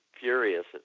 furious